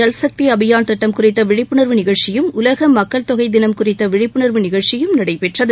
ஜல்க்தி அபியான் திட்டம் குறித்த விழிப்புணர்வு நிகழ்ச்சியும் உலக மக்கள்தொகை தினம் குறித்த விழிப்புணர்வு நிகழ்ச்சியும் நடைபெற்றது